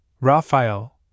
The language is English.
Raphael